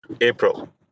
April